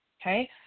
okay